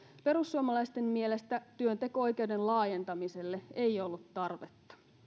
perussuomalaisten mielestä työnteko oikeuden laajentamiselle ei ollut tarvetta